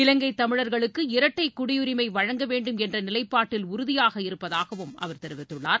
இலங்கைத் தமிழர்களுக்கு இரட்டை குடியுரிமை வழங்க வேண்டும் என்ற நிலைப்பாட்டில் உறுதியாக இருப்பதாகவும் அவர் தெரிவித்துள்ளார்